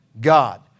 God